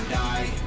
die